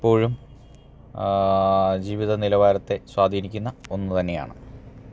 എപ്പോഴും ജീവിതനിലവാരത്തെ സ്വാധീനിക്കുന്ന ഒന്നുതന്നെയാണ്